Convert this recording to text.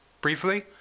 briefly